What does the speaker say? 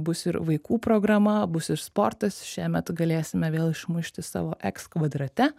bus ir vaikų programa bus ir sportas šiemet galėsime vėl išmušti savo eks kvadrate